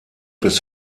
bis